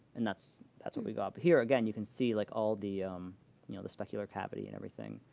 and that's that's what we got. but here, again, you can see like all the um you know the specular cavity and everything.